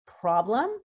problem